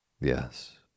Yes